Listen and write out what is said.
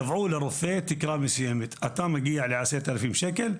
קבעו לרופא תקרה מסוימת, אתה מגיע ל-10,000 שקל,